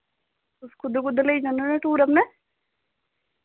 तुस कुद्दर कुद्दर लेई जन्ने होन्ने टूर अपने